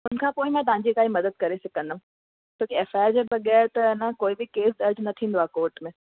हुनखां पोइ मां तव्हांजे लाइ मददु करे सघंदमि छोकी एफ आई आर जे बग़ैर त न कोई बि केस दर्जु न थींदो आहे कॉर्ट में